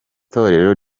torero